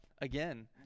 again